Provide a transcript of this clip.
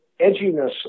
edginess